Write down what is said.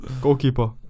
goalkeeper